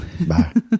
Bye